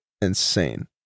insane